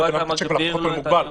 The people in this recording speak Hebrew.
ללקוח את השיק ולהפוך אותו למוגבל.